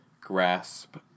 grasp